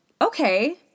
okay